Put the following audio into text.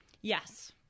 Yes